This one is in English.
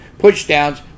pushdowns